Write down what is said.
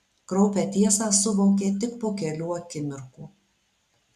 kraupią tiesą suvokė tik po kelių akimirkų